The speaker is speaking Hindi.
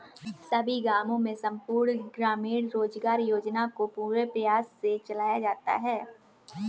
सभी गांवों में संपूर्ण ग्रामीण रोजगार योजना को पूरे प्रयास से चलाया जाता है